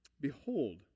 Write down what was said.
behold